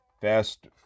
Fast